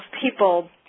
people